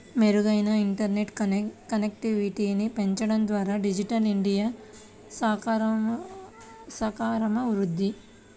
మెరుగైన ఇంటర్నెట్ కనెక్టివిటీని పెంచడం ద్వారా డిజిటల్ ఇండియా సాకారమవుద్ది